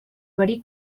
verí